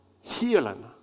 healing